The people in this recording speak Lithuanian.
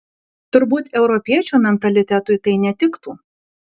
turbūt europiečio mentalitetui tai netiktų